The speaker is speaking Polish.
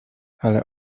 ale